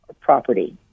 property